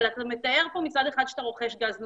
אבל אתה מתאר פה מצד אחד שאתה רוכש גז נוזלי,